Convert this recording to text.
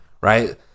right